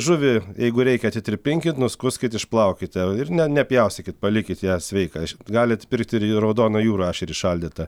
žuvį jeigu reikia atitirpinkit nuskuskit išplaukite ir ne nepjaustykit palikit ją sveiką galit pirkti ir į raudoną jūrų ešerį šaldytą